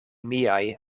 miaj